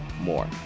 more